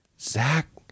zach